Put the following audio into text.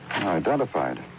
Identified